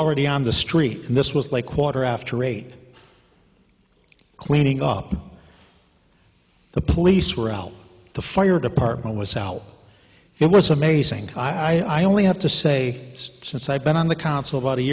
already on the street and this was like quarter after eight cleaning up the police were out the fire department was out it was amazing i only have to say since i've been on the council about a